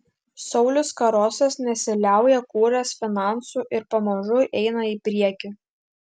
saulius karosas nesiliauja kūręs finansų ir pamažu eina į priekį